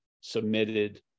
submitted